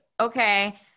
okay